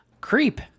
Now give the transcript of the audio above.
Creep